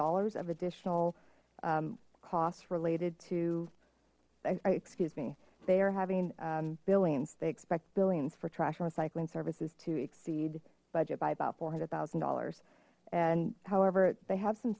dollars of additional costs related to excuse me they are having billions they expect billions for trash and recycling services to exceed budget by about four hundred thousand dollars and however they have some